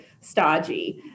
stodgy